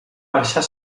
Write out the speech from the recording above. marxar